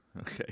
Okay